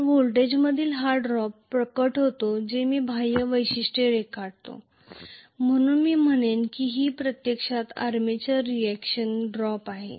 तर व्होल्टेजमधील हा ड्रॉप प्रकट होतो जे मी बाह्य वैशिष्ट्य रेखाटतो म्हणून मी म्हणेन की ही प्रत्यक्षात आर्मेचर रिएक्शन ड्रॉप आहे